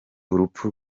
urupfu